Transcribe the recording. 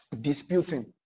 Disputing